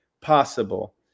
possible